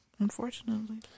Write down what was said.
Unfortunately